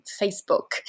Facebook